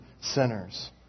sinners